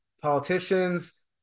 politicians